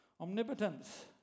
Omnipotence